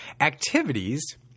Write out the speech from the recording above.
activities